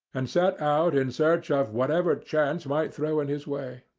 and set out in search of whatever chance might throw in his way.